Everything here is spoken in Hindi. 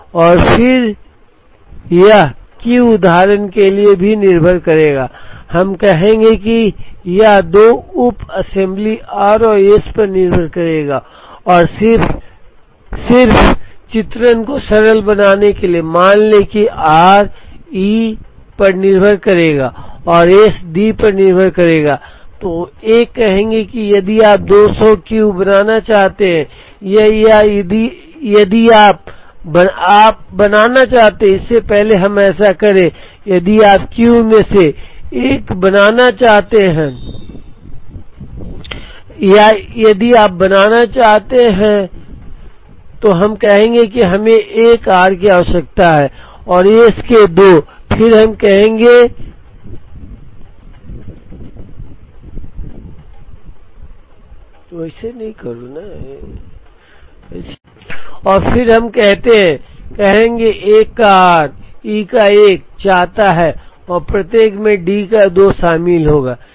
और फिर यह Q उदाहरण के लिए भी निर्भर करेगा हम कहेंगे कि यह दो उप असेंबली R और S पर निर्भर करेगा और सिर्फ चित्रण को सरल बनाने के लिए मान लें कि R E पर निर्भर करेगा और S D पर निर्भर करेगा तो एक कहेंगे कि यदि आप 200 क्यू बनाना चाहते हैं या यदि आप बनाना चाहते हैं इससे पहले कि हम ऐसा करें यदि आप क्यू में से 1 बनाना चाहते हैं तो हम कहें कि हमें 1 आर की आवश्यकता है और एस के 2 और फिर हम कहते हैं कहेंगे 1 का R E का 1 चाहता है और प्रत्येक में D का 2 शामिल होगा